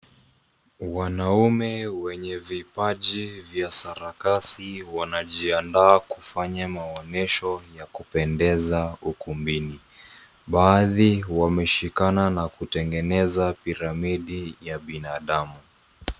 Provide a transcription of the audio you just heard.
Wanaume wenye vipaji vya sarakasi wanajiandaa kufanya maonyesho ya kupendeza ukumbini. Baadhi wameshikana na kutengeneza piramidi ya binadamu.